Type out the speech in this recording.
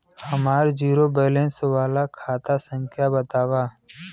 हमार zero balance वाला खाता संख्या वतावा?